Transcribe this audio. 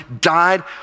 died